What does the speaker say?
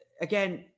again